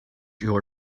your